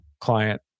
client